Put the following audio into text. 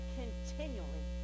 continually